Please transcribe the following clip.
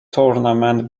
tournament